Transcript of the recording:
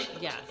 Yes